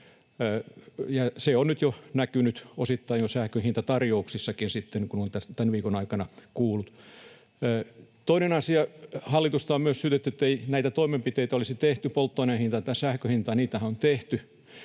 Se on nyt jo näkynyt osittain sähkönhintatarjouksissakin, mitä on tämän viikon aikana kuullut. Toinen asia: Hallitusta on myös syytetty, että ei näitä toimenpiteitä olisi tehty polttoaineen hintaan tai sähkön hintaan, mutta niitähän on tehty.